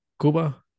Cuba